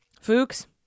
Fuchs